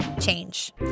change